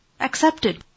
accepted